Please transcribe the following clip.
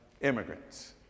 immigrants